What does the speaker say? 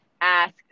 ask